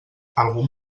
algun